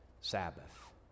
Sabbath